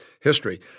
History